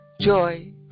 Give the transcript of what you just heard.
joy